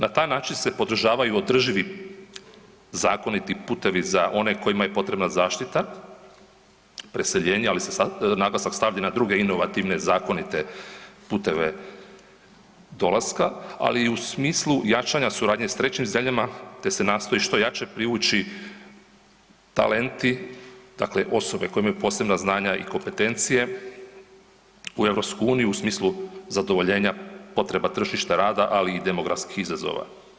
Na taj način se podržavaju održivi zakoniti putevi za one kojima je potrebna zaštita, preseljenje, ali se sada naglasak stavlja na druge inovativne zakonite puteve dolaska, ali i u smislu jačanja suradnje s trećim zemljama te se nastoji što jače privući talenti, dakle osobe koje imaju posebna znanja i kompetencije u EU u smislu zadovoljenja potreba tržišta rada, ali i demografskih izazova.